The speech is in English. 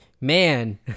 Man